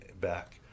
back